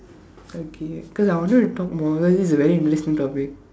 okay cause I wanted to talk more cause this is very interesting topic